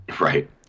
Right